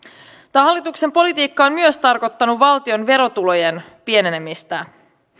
tämä hallituksen politiikka on myös tarkoittanut valtion verotulojen pienenemistä